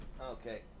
okay